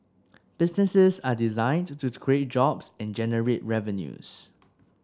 businesses are designed to create jobs and generate revenues